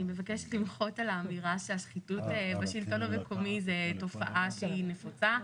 אני מבקשת למחות על האמירה שהשחיתות בשלטון המקומי זו תופעה שהיא נפוצה.